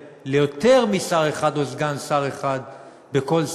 ליותר משר אחד או סגן שר אחד בכל סיעה,